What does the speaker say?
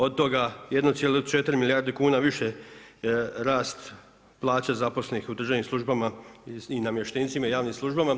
Od toga 1,4 milijardi kuna viši rast plaća zaposlenih u državnim službama i namještenicima i javnim službama.